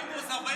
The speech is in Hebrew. כספים.